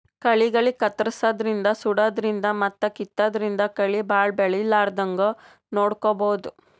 ಕಳಿಗಳಿಗ್ ಕತ್ತರ್ಸದಿನ್ದ್ ಸುಡಾದ್ರಿನ್ದ್ ಮತ್ತ್ ಕಿತ್ತಾದ್ರಿನ್ದ್ ಕಳಿ ಭಾಳ್ ಬೆಳಿಲಾರದಂಗ್ ನೋಡ್ಕೊಬಹುದ್